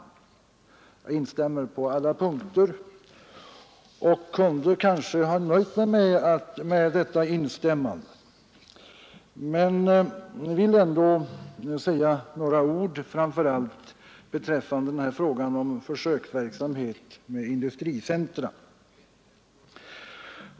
Jag instämmer på alla punkter och kunde kanske ha nöjt mig med detta instämmande. Men jag vill ändå säga några ord framför allt beträffande försöksverksamhet med industricentra.'